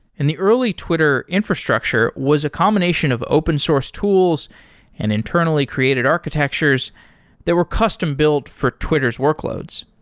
in the early twitter infrastructure was a combination of open source tools and internally created architectures that were custom build for twitter s workloads.